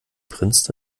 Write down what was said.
prinz